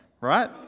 right